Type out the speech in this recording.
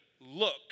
look